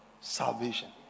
salvation